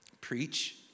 preach